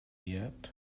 yet